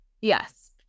Yes